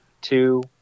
two